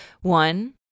one